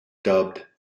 dubbed